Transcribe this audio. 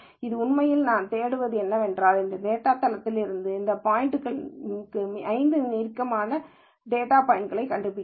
எனவே உண்மையில் நான் தேடுவது என்னவென்றால் இந்த டேட்டாதளத்திலிருந்து இந்த டேட்டா பாய்ன்ட்க்கு 5 மிக நெருக்கமான டேட்டா பாய்ன்ட்களைக் கண்டுபிடிக்கிறது